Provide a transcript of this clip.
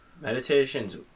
Meditation's